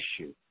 issue